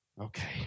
Okay